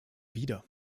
wider